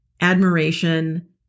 admiration